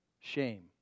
shame